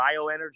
bioenergy